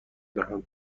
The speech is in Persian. دهم